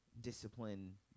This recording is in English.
discipline